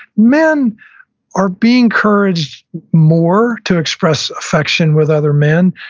men are being encouraged more to express affection with other men,